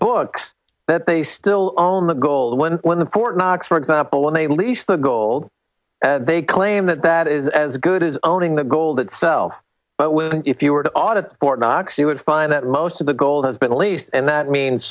books that they still own the goal and when the court knocks for example when they lease the gold they claim that that is as good as owning the gold itself but when if you were to audit fort knox you would find that most of the gold has been leased and that means